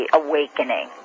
awakening